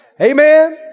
Amen